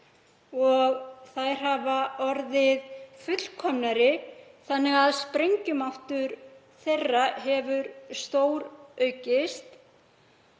og þær hafa orðið fullkomnari þannig að sprengjumáttur þeirra hefur stóraukist.